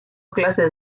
clases